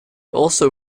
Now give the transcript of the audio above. also